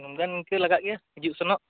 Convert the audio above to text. ᱥᱩᱱᱩᱢ ᱫᱚ ᱱᱤᱥᱪᱚᱭ ᱞᱟᱜᱟᱜ ᱜᱮᱭᱟ ᱦᱤᱡᱩᱜᱼᱥᱮᱱᱚᱜ